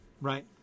right